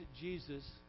Jesus